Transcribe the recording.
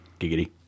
giggity